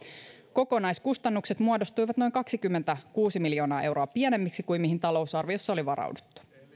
kokonaiskustannukset muodostuivat noin kaksikymmentäkuusi miljoonaa euroa pienemmiksi kuin mihin talousarviossa oli varauduttu